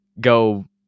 go